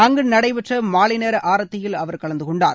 அங்கு நடைபெற்ற மாலைநேர ஆரத்தியில் அவர் கலந்து கொண்டார்